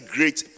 Great